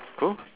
cool